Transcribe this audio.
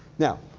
now,